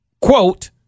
Quote